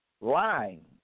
lying